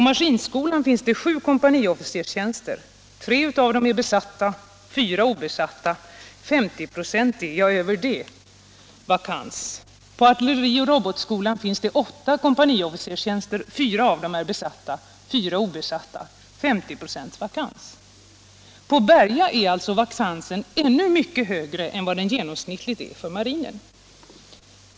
På maskinskolan finns det 7 kompaniofficerstjänster — 3 av dem är besatta, 4 är obesatta. En mer än 50-procentig vakans. På artillerioch robotskolan finns det 8 kompaniofficerstjänster — 4 av dem är besatta, 4 obesatta. 50 26 vakans. På Berga är alltså vakansen ännu mycket större än vad den genomsnittligt är för marinen.